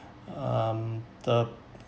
um the